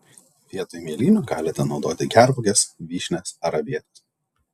vietoj mėlynių galite naudoti gervuoges vyšnias ar avietes